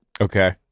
Okay